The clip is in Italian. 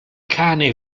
cane